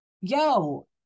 Yo